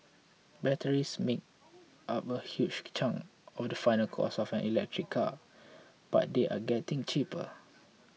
batteries make up a huge chunk of the final cost of an electric car but they are getting cheaper